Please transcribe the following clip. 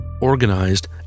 organized